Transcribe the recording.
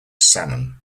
salmon